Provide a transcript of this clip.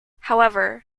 however